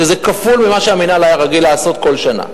שזה כפול ממה שהמינהל היה רגיל לעשות כל שנה.